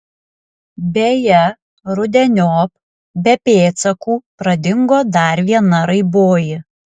beje rudeniop be pėdsakų pradingo dar viena raiboji